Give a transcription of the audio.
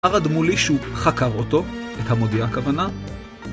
ארד מולי שהוא חקר אותו, את המודיע הכוונה